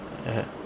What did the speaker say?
(uh huh)